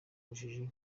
ubujiji